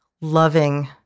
loving